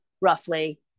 roughly